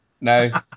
No